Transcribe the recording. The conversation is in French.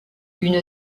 une